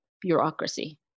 bureaucracy